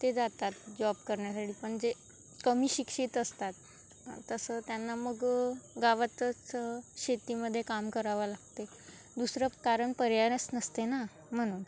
ते जातात जॉब करण्यासाठी पण जे कमी शिक्षित असतात तसं त्यांना मग गावातच शेतीमध्ये काम करावा लागते दुसरं कारण पर्यायच नसते ना म्हणून